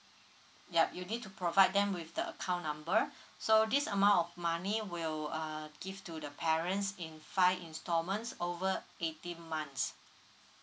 ya you need to provide them with the account number so this amount of money will uh give to the parents in five instalments over eighteen months